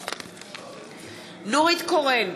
בעד נורית קורן,